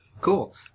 Cool